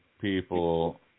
people